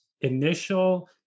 initial